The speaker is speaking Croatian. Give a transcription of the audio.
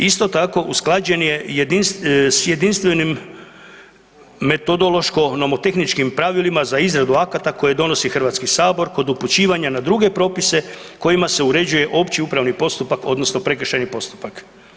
Isto tako usklađen je s jedinstvenim metodološko-nomotehničkim pravilima za izradu akata koje donosi Hrvatski sabor kod upućivanja na druge propise kojima se uređuje opći upravni postupak odnosno prekršajni postupak.